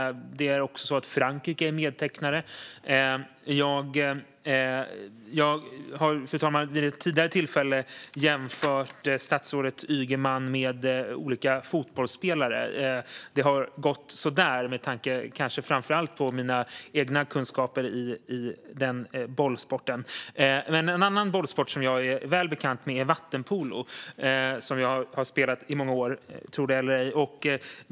Det är också så att Frankrike är medtecknare. Fru talman! Jag har vid ett tidigare tillfälle jämfört statsrådet Ygeman med olika fotbollsspelare. Det har gått så där, kanske framför allt beroende på mina egna kunskaper i den bollsporten. En annan bollsport som jag är väl bekant med är vattenpolo som jag har spelat i många år, tro det eller ej.